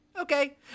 okay